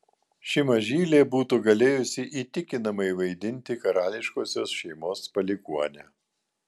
ši mažylė būtų galėjusi įtikinamai vaidinti karališkosios šeimos palikuonę